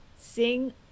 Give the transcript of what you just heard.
sing